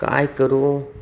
काय करू